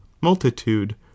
multitude